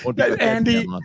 Andy